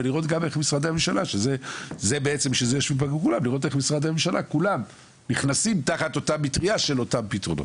ולראות גם את משרדי הממשלה כולם נכנסים לאותה מטרייה של אותם הפתרונות.